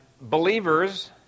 believers